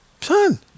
Son